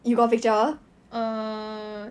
err